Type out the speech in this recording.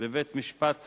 בבית-משפט צבאי),